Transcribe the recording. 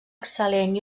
excel·lent